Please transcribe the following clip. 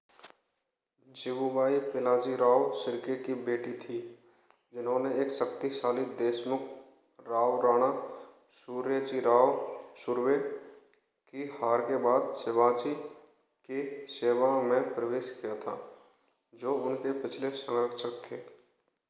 जिवुबाई पिनाजीराव शिर्के की बेटी थी जिन्होंने एक शक्तिशाली देशमुख राव राणा सूर्य जी राव सुर्वे की हार के बाद शिवा जी के सेवा में प्रवेश किया था जो उनके पिछले संरक्षक थे